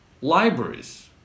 libraries